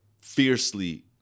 fiercely